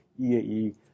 EAE